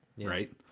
right